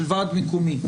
של ועד מקומי,